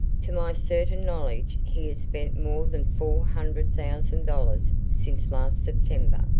to my certain knowledge he has spent more than four hundred thousand dollars since last september.